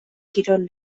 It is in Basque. kirol